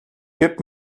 gib